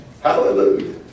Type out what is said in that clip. hallelujah